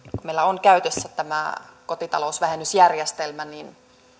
kun meillä on käytössä tämä kotita lousvähennysjärjestelmä niin